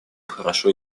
хорошо